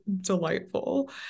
delightful